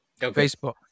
Facebook